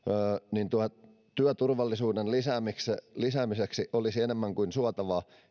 niin työturvallisuuden lisäämiseksi olisi enemmän kuin suotavaa